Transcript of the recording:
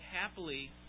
happily